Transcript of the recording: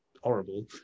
horrible